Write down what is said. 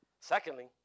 Secondly